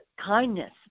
kindness